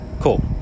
Cool